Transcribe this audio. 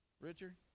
Richard